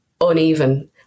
uneven